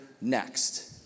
next